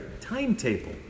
timetable